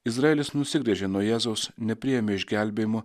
izraelis nusigręžė nuo jėzaus nepriėmė išgelbėjimo